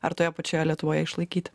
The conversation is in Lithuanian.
ar toje pačioje lietuvoje išlaikyti